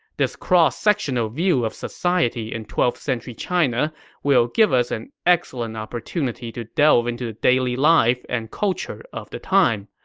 this cross-sectional view of society in twelfth century china will give us an excellent opportunity to delve into the daily life and culture of the time.